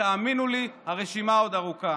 תאמינו לי, הרשימה עוד ארוכה.